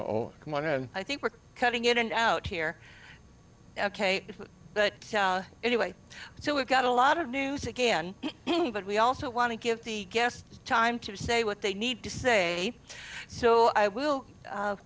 oh come on and i think we're cutting in and out here ok but anyway so we've got a lot of news again but we also want to give the guests time to say what they need to say so i will